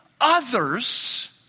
others